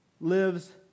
lives